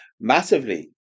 massively